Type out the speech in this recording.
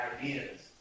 ideas